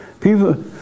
People